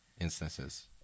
instances